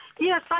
Yes